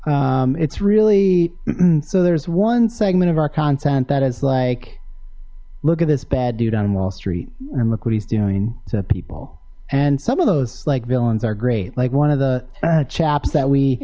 so it's really hmm so there's one segment of our content that is like look at this bad dude on wall street and look what he's doing to people and some of those like villains are great like one of the